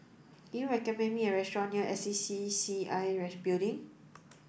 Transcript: can you recommend me a restaurant near S C C I Building